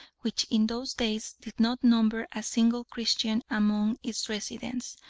which in those days did not number a single christian among its residents,